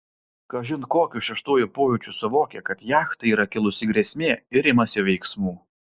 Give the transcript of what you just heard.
kažin kokiu šeštuoju pojūčiu suvokia kad jachtai yra kilusi grėsmė ir imasi veiksmų